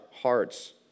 hearts